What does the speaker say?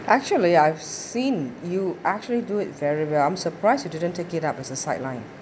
actually I've seen you actually do it very well I'm surprised you didn't take it up as a sideline